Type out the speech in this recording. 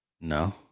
No